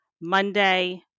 Monday